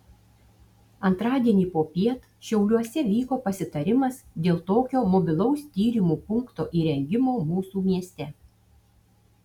antradienį popiet šiauliuose vyko pasitarimas dėl tokio mobilaus tyrimų punkto įrengimo mūsų mieste